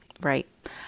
right